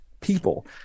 people